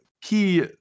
key